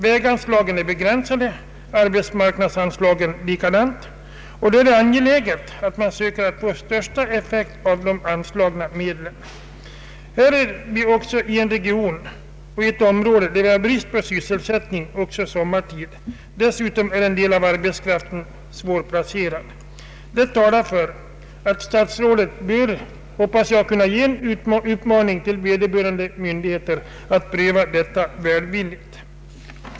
Väganslagen är begränsade, arbetsmarknadsanslagen likaså, och därför är det angeläget att man söker få ut största möjliga effekt av de anslagna medlen. Inom den region där denna väg är belägen råder brist på sysselsättning också sommartid. Dessutom är en del av arbetskraften svårplacerad. Det talar för att statsrådet bör uppmana — vilket jag hoppas att han gör — vederbörande myndigheter att pröva denna fråga välvilligt.